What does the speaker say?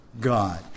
God